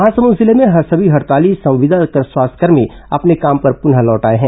महासमुंद जिले में सभी हड़ताली संविदा स्वास्थ्यकर्मी अपने काम पर प्रनः लौट आए हैं